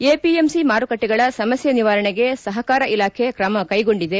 APMC ಮಾರುಕಟ್ಟಿಗಳ ಸಮಸ್ಯೆ ನಿವಾರಣೆಗೆ ಸಹಕಾರ ಇಲಾಖೆ ಕ್ರಮಕೈಗೊಂಡಿದೆ